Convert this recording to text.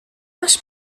masz